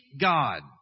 God